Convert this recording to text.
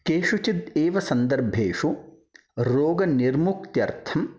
केषुचित् एव सन्दर्भेषु रोगनिर्मुक्त्यर्थं